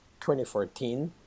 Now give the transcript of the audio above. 2014